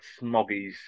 smoggies